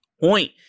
point